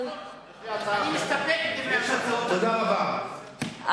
להסתפק בדברי השר.